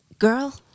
Girl